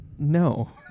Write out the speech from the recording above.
No